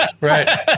Right